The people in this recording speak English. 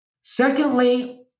Secondly